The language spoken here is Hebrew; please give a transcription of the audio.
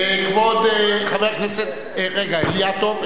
כבוד חבר הכנסת אילטוב.